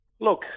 look